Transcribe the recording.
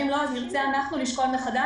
ואם לא אז נרצה אנחנו לשקול מחדש,